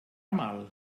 mal